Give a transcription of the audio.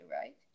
right